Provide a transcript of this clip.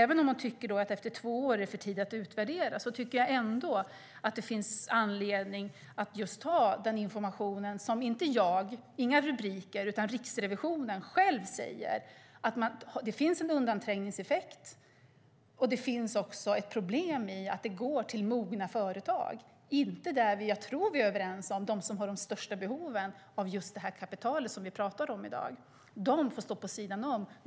Även om hon tycker att det är för tidigt att utvärdera efter två år, tycker jag att det finns anledning att ta det som inte jag eller några rubriker utan Riksrevisionen själv säger på allvar, nämligen att det finns en undanträngningseffekt och ett problem i att pengarna går till mogna företag, inte till dem som jag tror att vi är överens om har de största behoven av just det kapital som vi talar om i dag. De får stå vid sidan av.